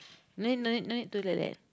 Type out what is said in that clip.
then no need no need to like that